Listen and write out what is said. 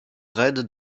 reine